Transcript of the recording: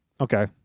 Okay